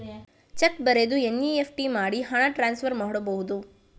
Check ಬರೆದು NEFT ಮಾಡಿ ಹಣ ಟ್ರಾನ್ಸ್ಫರ್ ಮಾಡಬಹುದು?